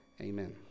Amen